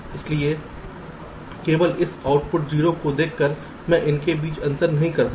इसलिए केवल इस आउटपुट 0 को देखकर मैं उनके बीच अंतर नहीं कर सकता